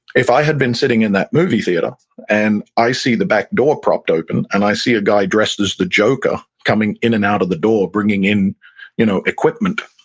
if i had been sitting in that movie theater and i see the back door propped open, and i see a guy dressed as the joker coming in and out of the door bringing in you know equipment,